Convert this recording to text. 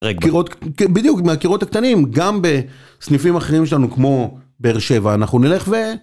הקירות, בדיוק מהקירות הקטנים, גם בסניפים אחרים שלנו כמו באר שבע, אנחנו נלך ו...